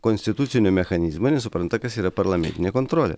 konstitucinio mechanizmo nesupranta kas yra parlamentinė kontrolė